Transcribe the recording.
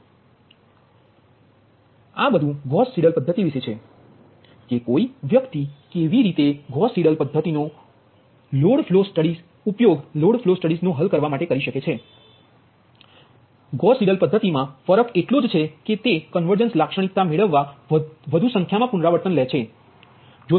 તેથી આ બધુ ગૌસ સીડેલ પદ્ધતિ વિશે છે કે કોઈ વ્યક્તિ કેવી રીતે ગૌસ સીડેલ પદ્ધતિનો ઉપયોગ લોડ ફ્લો સ્ટડીઝને હલ કરવામાં કરી શકે છે તેથી ગૌસ સીડેલ પદ્ધતિ મા ફરક એટલો જ છે કે તે કન્વર્જન્સ લાક્ષણિકતા મેળવવા વધુ સંખ્યામાં પુનરાવર્તન લે છે